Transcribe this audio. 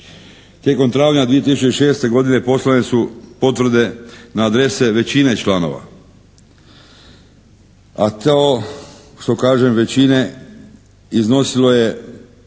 Tijekom travnja 2006. godine poslane su potvrde na adrese većine članova, a to što kažem većine iznosilo je